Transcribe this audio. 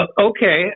Okay